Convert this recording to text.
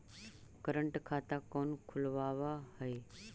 current खाता कौन खुलवावा हई